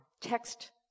text